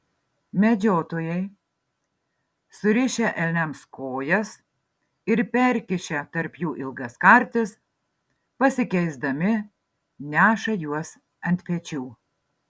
medžiotojai surišę elniams kojas ir perkišę tarp jų ilgas kartis pasikeisdami neša juos ant pečių